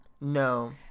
no